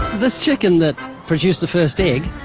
this chicken that produced the first egg,